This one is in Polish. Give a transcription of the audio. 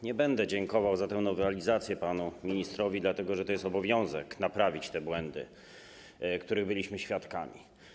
Nie będę dziękował za tę nowelizację panu ministrowi, dlatego że to jest obowiązek naprawić błędy, których byliśmy świadkami.